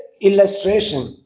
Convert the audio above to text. illustration